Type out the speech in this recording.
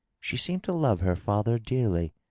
she seemed to love her father dearly,